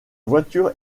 voiture